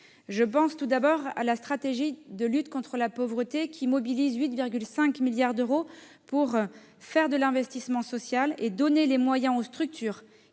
Je pense tout d'abord à la stratégie de lutte contre la pauvreté, qui mobilise 8,5 milliards d'euros pour faire de l'investissement social et donner aux structures